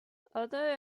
other